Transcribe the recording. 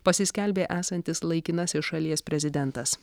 pasiskelbė esantis laikinasis šalies prezidentas